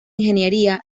ingeniería